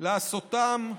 לעשותן,